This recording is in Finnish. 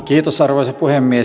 kiitos arvoisa puhemies